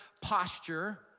posture